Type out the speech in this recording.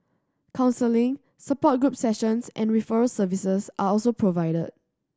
counselling support group sessions and referral services are also provided